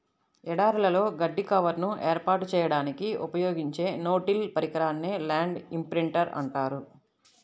ఎడారులలో గడ్డి కవర్ను ఏర్పాటు చేయడానికి ఉపయోగించే నో టిల్ పరికరాన్నే ల్యాండ్ ఇంప్రింటర్ అంటారు